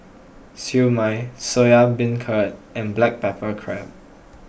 Siew Mai Soya Beancurd and Black Pepper Crab